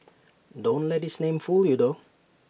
don't let its name fool you though